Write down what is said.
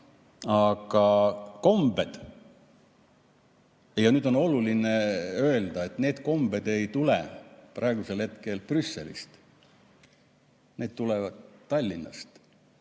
Aga kombed – ja nüüd on oluline öelda, et need kombed ei tule praegu Brüsselist, need tulevad Tallinnast